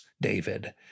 David